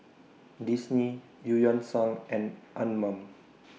Disney EU Yan Sang and Anmum